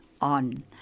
on